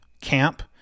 camp